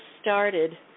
started